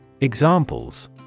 Examples